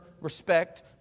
respect